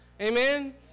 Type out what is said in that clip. Amen